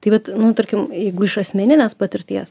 tai vat nu tarkim jeigu iš asmeninės patirties